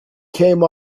came